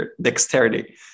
dexterity